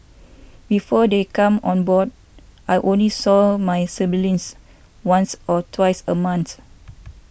before they came on board I only saw my siblings once or twice a month